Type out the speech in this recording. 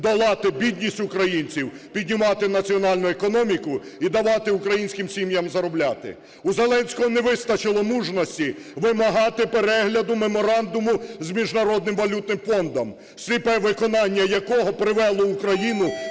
долати бідність українців, піднімати національну економіку і давати українських сім'ям заробляти. У Зеленського не вистачило мужності вимагати перегляду меморандуму з Міжнародним валютним фондом, сліпе виконання якого привело Україну,